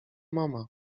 mama